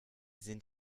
sind